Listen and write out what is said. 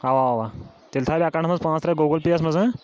اَوا اَوا تیٚلہِ تھاوَے بہٕ اٮ۪کاونٹَس منٛز رۄپیہِ گوٗگٕل پے یَس منٛز ہا